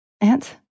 Aunt